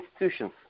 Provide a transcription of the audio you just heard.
institutions